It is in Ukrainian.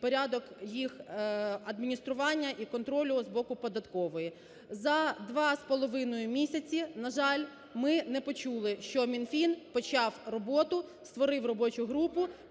порядок їх адміністрування і контролю з боку податкової. За два з половиною місяці, на жаль, ми не почули, що Мінфін почав роботу, створив робочу групу,